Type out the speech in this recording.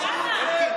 למה?